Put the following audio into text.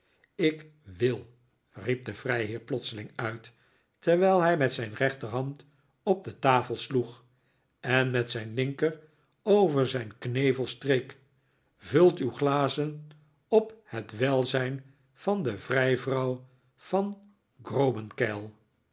ik wil riep de vrijheer plotseling uit terwijl hij met zijn rechterhand op de tafel sloeg en met zijn linker over zijn knevel streek vult uw glazen op het welzijn van de vrijvrouw van